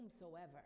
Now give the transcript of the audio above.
whomsoever